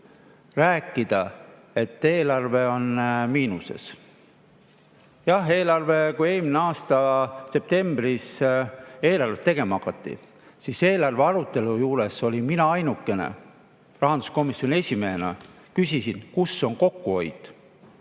Rääkida, et eelarve on miinuses. Jah, kui eelmise aasta septembris eelarvet tegema hakati, siis olin eelarve arutelu juures mina ainuke rahanduskomisjoni esimehena, kes küsis, kus on kokkuhoid.